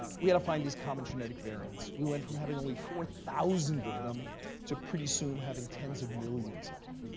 we had to find these common genetic variants. we went from having only four thousand of them to, pretty soon, having tens of millions of them.